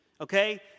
Okay